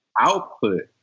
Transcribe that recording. output